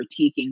critiquing